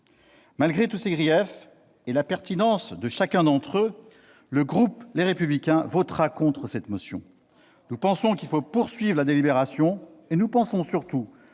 Malgré tous ces griefs et la pertinence de chacun d'entre eux, le groupe Les Républicains votera contre cette motion. Nous pensons qu'il faut poursuivre la délibération. Nous pensons surtout